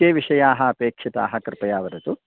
के विषयाः अपेक्षिताः कृपया वदतु